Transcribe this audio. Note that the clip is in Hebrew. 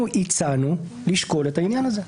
הצענו לשקול את העניין הזה.